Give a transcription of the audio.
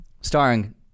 starring